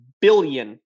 Billion